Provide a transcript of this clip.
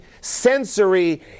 sensory